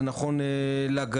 זה נכון לגליל,